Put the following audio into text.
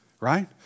right